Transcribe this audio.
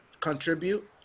contribute